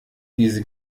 diese